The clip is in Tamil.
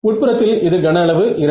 உட்புறத்தில் இது கன அளவு 2